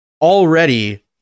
already